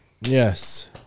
Yes